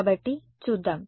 కాబట్టి చూద్దాం